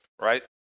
right